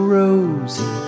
rosy